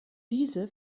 diese